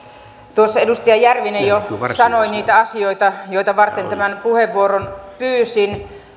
tuossa edustaja järvinen jo sanoi niitä asioita joita varten tämän puheenvuoron pyysin